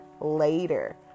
later